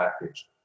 package